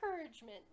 encouragement